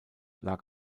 lag